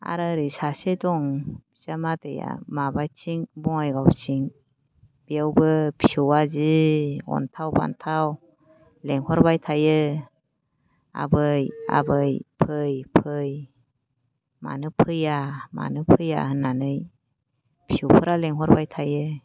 आरो ओरै सासे दं बिजा मादैया माबाथिं बङाइगावथिं बेयावबो फिसौवा जि अनथाव बाथाव लेंहरबाय थायो आबै आबै फै फै मानो फैया मानो फैया होननानै फिसौफ्रा लिंहरबाय थायो